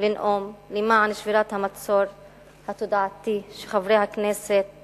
לנאום למען שבירת המצור התודעתי שחברי הכנסת